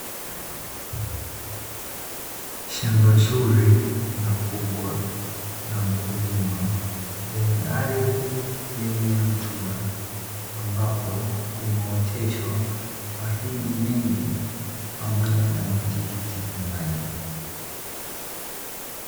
Shamba zuri na kubwa la mkulima lenye ardhi yenye rutuba ambapo, limeoteshwa mahindi mengi pamoja na matikiti maji.